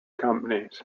companies